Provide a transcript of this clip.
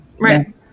Right